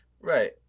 right